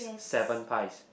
seven pies